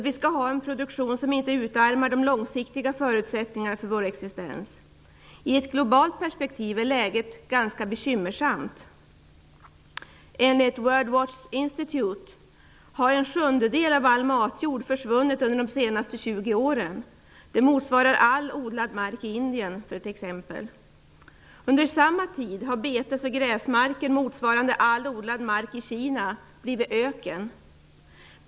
Vi skall ha en produktion som inte utarmar de långsiktiga förutsättningarna för vår existens. I ett globalt perspektiv är läget ganska bekymmersamt. Enligt World Watch Institute har en sjundedel av all matjord försvunnit under de senaste 20 åren. Det motsvarar all odlad mark i Indien för att ta ett exempel. Under samma tid har betes och gräsmarker motsvarande all odlad mark i Kina blivit öken.